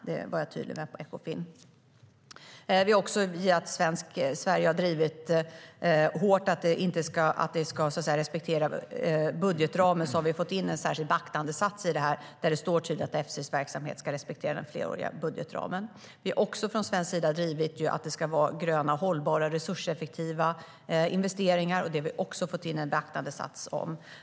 Det var jag tydlig med på Ekofin.Sverige har också drivit hårt att budgetramen ska respekteras, och vi har fått in en särskild beaktandesats där det står tydligt att Efsis verksamhet ska respektera den treåriga budgetramen. Vi har från svensk sida också drivit att det ska vara gröna, hållbara, resurseffektiva investeringar, och det har vi också fått in en beaktandesats om.